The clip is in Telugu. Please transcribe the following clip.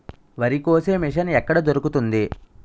వరి కోసే మిషన్ ఎక్కడ దొరుకుతుంది?